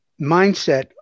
mindset